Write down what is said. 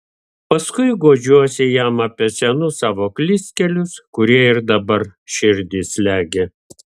paskui guodžiuosi jam apie senus savo klystkelius kurie ir dabar širdį slegia